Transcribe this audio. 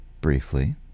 briefly